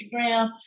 Instagram